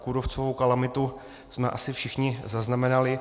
Kůrovcovou kalamitu jsme asi všichni zaznamenali.